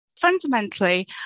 Fundamentally